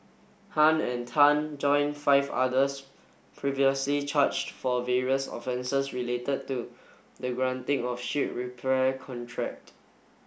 Han and Tan join five others previously charged for various offences related to the granting of ship repair contract